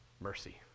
mercy